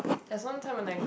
there's one time when I